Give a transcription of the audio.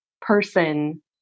person